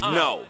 no